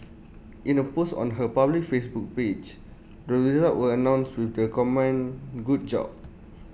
in A post on her public Facebook page the results were announced with the comment good job